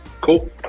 Cool